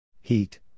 Heat